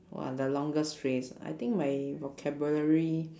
!wah! the longest phrase ah I think my vocabulary